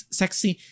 sexy